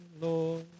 Lord